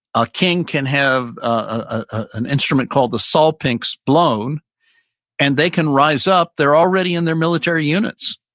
a king can have ah an instrument called the solpinks blown and they can rise up, they're already in their military units.